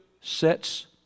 sets